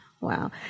Wow